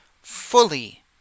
fully